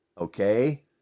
Okay